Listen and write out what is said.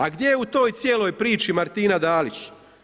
A gdje je u toj cijeloj priči Martina Dalić?